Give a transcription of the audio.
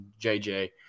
JJ